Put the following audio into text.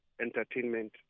entertainment